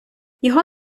його